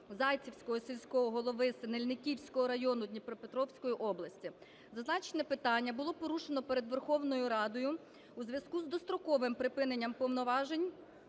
Зайцівського сільського голови Синельниківського району Дніпропетровської області. Зазначене питання було порушено перед Верховною Радою у зв'язку з достроковим припиненням повноважень